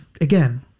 again